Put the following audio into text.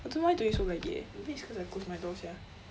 I don't know why today so laggy eh maybe it's cause I close my door sia